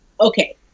okay